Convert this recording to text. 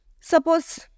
Suppose